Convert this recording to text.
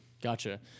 Gotcha